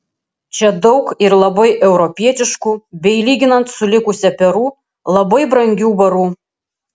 čia daug ir labai europietiškų bei lyginant su likusia peru labai brangių barų